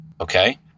Okay